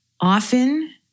Often